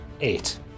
Eight